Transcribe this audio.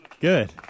Good